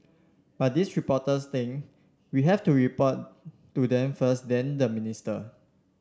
but these reporters think we have to report to them first then the minister